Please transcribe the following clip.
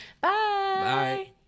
Bye